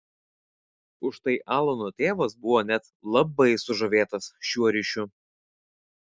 užtai alano tėvas buvo net labai sužavėtas šiuo ryšiu